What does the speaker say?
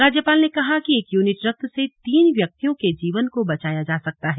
राज्यपाल ने कहा कि एक यूनिट रक्त से तीन व्यक्तियों के जीवन को बचाया जा सकता है